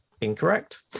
Incorrect